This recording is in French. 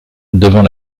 devant